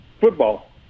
football